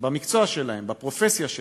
במקצוע שלהם, בפרופסיה שלהם,